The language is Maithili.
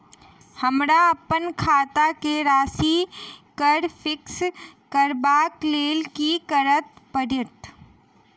हमरा अप्पन खाता केँ राशि कऽ फिक्स करबाक लेल की करऽ पड़त?